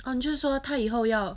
然后就说她以后要